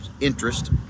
interest